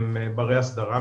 הם בריי הסדרה,